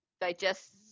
digest